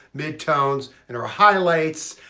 mid-tones and our ah highlights,